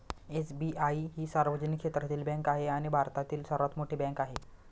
SBI ही सार्वजनिक क्षेत्रातील बँक आहे आणि भारतातील सर्वात मोठी बँक आहे